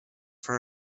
for